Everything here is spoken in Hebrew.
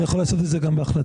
אני יכול לעשות את זה גם בהחלטה,